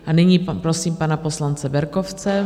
A nyní prosím pana poslance Berkovce.